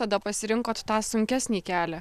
tada pasirinkot tą sunkesnį kelią